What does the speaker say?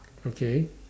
okay